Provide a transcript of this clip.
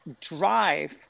drive